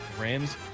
Rams